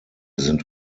sind